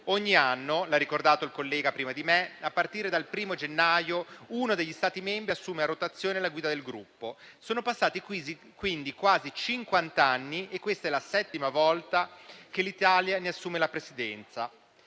Ogni anno - come ha ricordato il collega prima di me - a partire dal 1° gennaio uno degli Stati membri assume a rotazione la guida del gruppo. Sono passati quindi quasi cinquant'anni e questa è la settima volta che l'Italia ne assume la Presidenza.